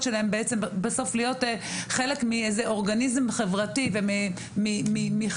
שלהם בסוף להיות חלק מאיזה אורגניזם חברתי ומחבורה,